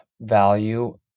value